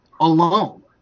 alone